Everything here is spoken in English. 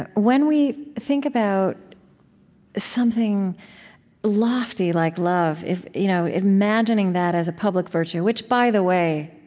when we think about something lofty like love, if you know imagining that as a public virtue, which, by the way,